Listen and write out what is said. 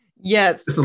Yes